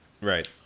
Right